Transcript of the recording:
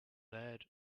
ahead